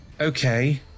Okay